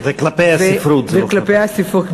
וכלפי הספרות במיוחד.